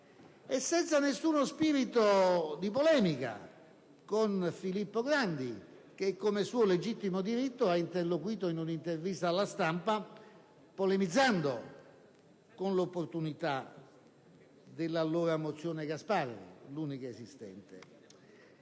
nutriamo nessuno spirito di polemica nei confronti di Filippo Grandi che, come suo legittimo diritto, ha interloquito in un'intervista alla stampa polemizzando con l'opportunità della mozione Gasparri, allora l'unica esistente.